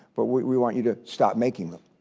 but we want you to stop making them,